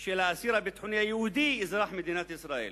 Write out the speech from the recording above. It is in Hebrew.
של האסיר הביטחוני היהודי אזרח מדינת ישראל.